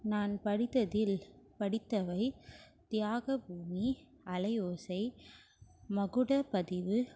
நான் படித்ததில் படித்தவை தியாக பூமி அலை ஓசை மகுட பதிவு